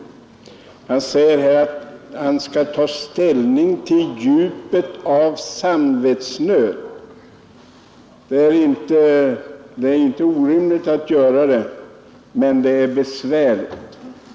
Herr Lindkvist säger här att han skall ta ställning till djupet av samvetsnöden och att det inte är orimligt att göra det men att det är besvärligt.